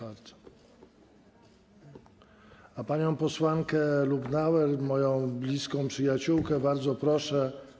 A panią posłankę Lubnauer, moją bliską przyjaciółkę, bardzo proszę.